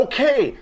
Okay